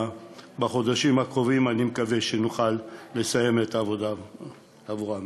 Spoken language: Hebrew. בחודשים הקרובים אני מקווה שנוכל לסיים את העבודה עבורם.